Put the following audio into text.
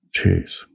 Jeez